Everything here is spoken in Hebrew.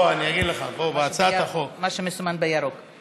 בוא, אני אגיד לך, בהצעת החוק, מה שמסומן בירוק.